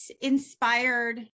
inspired